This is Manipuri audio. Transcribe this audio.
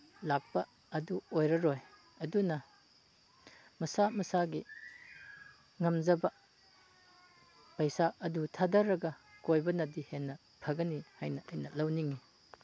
ꯂꯥꯛꯄ ꯑꯗꯨ ꯑꯣꯏꯔꯔꯣꯏ ꯑꯗꯨꯅ ꯃꯁꯥ ꯃꯁꯥꯒꯤ ꯉꯝꯖꯕ ꯄꯩꯁꯥ ꯑꯗꯨ ꯊꯥꯗꯔꯒ ꯀꯣꯏꯕꯅꯗꯤ ꯍꯦꯟꯅ ꯐꯒꯅꯤ ꯍꯥꯏꯅ ꯑꯩꯅ ꯂꯧꯅꯤꯡꯏ